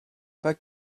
pas